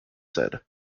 said